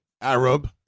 Arab